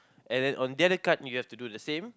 and then on the other card you have to do the same